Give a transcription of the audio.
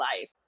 life